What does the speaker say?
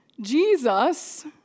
Jesus